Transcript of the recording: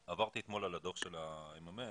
אתמול על הדוח של מרכז המחקר.